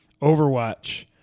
Overwatch